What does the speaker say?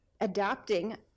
adapting